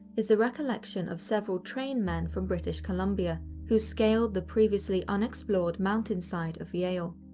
is the recollection of several trainmen from british columbia, who scaled the previously unexplored mountainside of yale.